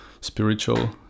spiritual